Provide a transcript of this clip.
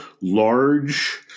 large